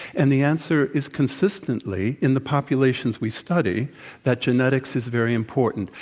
and the answer is consistently in the populations we study that genetics is very important.